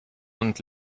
und